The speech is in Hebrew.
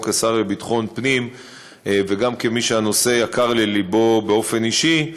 גם כשר לביטחון פנים וגם כמי שהנושא יקר ללבו באופן אישי,